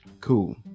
Cool